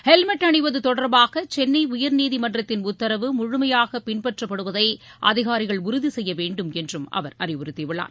helmet அணிவது தொடர்பாக சென்னை உயர்நீதிமன்றத்தின் உத்தரவு முழுமையாக பின்பற்றப்படுவதை அதிகாரிகள் உறுதி செய்யவேண்டும் என்றும் அவர் அறிவுறுத்தி உள்ளார்